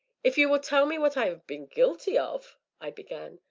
if you will tell me what i have been guilty of i began.